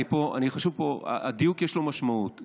הדיוק, יש לו משמעות.